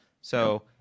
So-